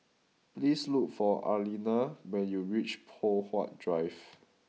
please look for Arlena when you reach Poh Huat Drive